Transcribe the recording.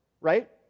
right